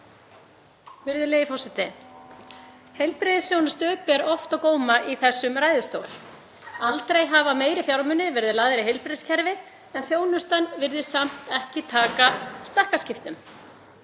Virðulegi forseti. Heilbrigðisþjónustu ber oft á góma í þessum ræðustól. Aldrei hafa meiri fjármunir verið lagðir í heilbrigðiskerfið en þjónustan virðist samt ekki taka stakkaskiptum.